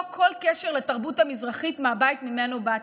כל קשר לתרבות המזרחית מהבית שממנו באתי.